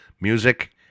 music